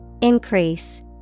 Increase